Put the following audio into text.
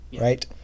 right